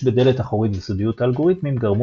השימוש בדלת אחורית וסודיות האלגוריתמים גרמו